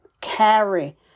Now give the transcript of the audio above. Carry